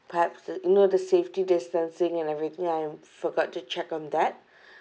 perhaps the you know the safety distancing and everything I forgot to check on that